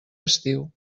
estiu